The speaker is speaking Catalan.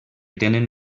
tenen